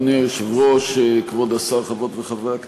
אדוני היושב-ראש, כבוד השר, חברות וחברי הכנסת,